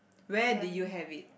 where did you have it